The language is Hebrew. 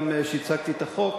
גם כשהצגתי את החוק,